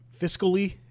fiscally